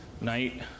night